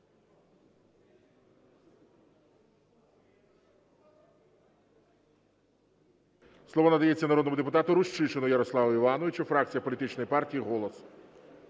Слово надається народному депутату Рущишину Ярославу Івановичу, фракція політичної партії "Голос".